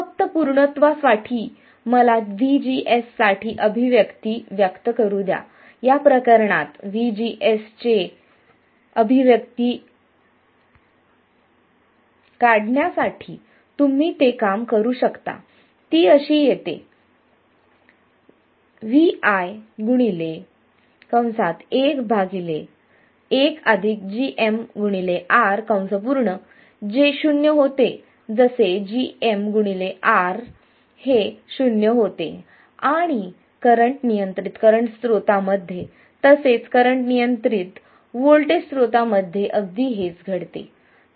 फक्त पुर्णत्वा साठी मला VGS साठी अभिव्यक्ती व्यक्त करू द्या या प्रकरणात VGS चे ची अभिव्यक्ती काढण्यासाठी तुम्ही काम करू शकता ती अशी येते Vi 1 1 gm R जे शून्य होते जसे gm R 0 आणि करंट नियंत्रित करंट स्रोतांमध्ये तसेच करंट नियंत्रित व्होल्टेज स्त्रोतामध्ये अगदी हेच घडते